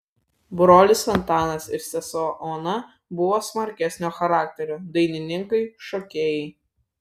brolis antanas ir sesuo ona buvo smarkesnio charakterio dainininkai šokėjai